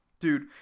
Dude